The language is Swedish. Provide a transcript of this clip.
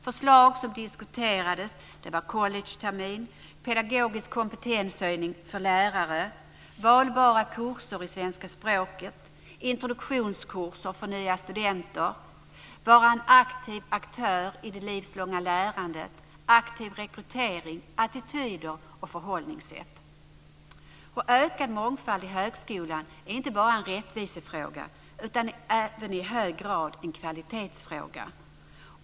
Förslag som diskuterades var collegetermin, pedagogisk kompetenshöjning för lärare, valbara kurser i svenska språket, introduktionskurser för nya studenter, möjligheter att vara en aktiv aktör i det livslånga lärandet, aktiv rekrytering, attityder och förhållningssätt. Ökad mångfald i högskolan är inte bara en rättvisefråga utan även i hög grad en kvalitetsfråga.